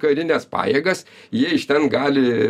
karines pajėgas jie iš ten gali